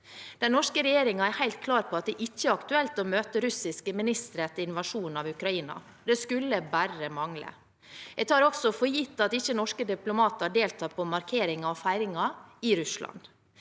Den norske regjeringen er helt klar på at det ikke er aktuelt å møte russiske ministre etter invasjonen av Ukraina. Det skulle bare mangle. Jeg tar også for gitt at norske diplomater ikke deltar på markeringer og feiringer i Russland.